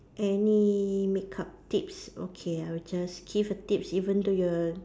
any makeup tips okay I will just give a tips even though you are